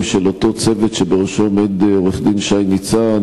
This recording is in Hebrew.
של אותו צוות שבראשו עומד עורך-הדין שי ניצן,